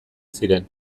ziren